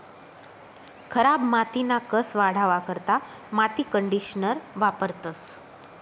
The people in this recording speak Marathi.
खराब मातीना कस वाढावा करता माती कंडीशनर वापरतंस